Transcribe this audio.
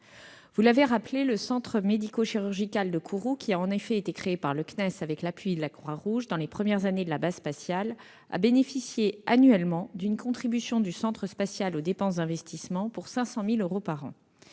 vous l'avez rappelé, le Centre médico-chirurgical de Kourou, qui a en effet été créé par le CNES avec l'appui de la Croix-Rouge dans les premières années de la base spatiale, a bénéficié annuellement d'une contribution du centre spatial aux dépenses d'investissement pour 500 000 euros par an.